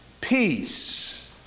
peace